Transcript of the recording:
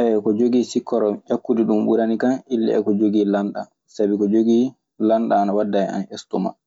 Ayiwa, ko jogii sikkoro ƴakkud ɗun ɓuranikan illa e ko jogii lanɗan, sabi ko jogii lanɗan ana wadda e an estomaa.